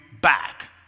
back